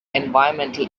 environmental